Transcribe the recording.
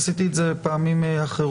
ועשיתי את זה פעמים אחרות,